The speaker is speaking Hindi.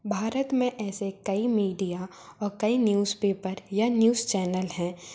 भारत में ऐसे कई मीडिया और कई न्यूज़पेपर या न्यूज़ चैनल हैं